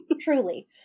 Truly